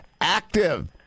active